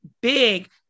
big